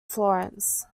florence